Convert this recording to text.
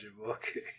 okay